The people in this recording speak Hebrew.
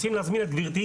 רוצים להזמין את גברתי.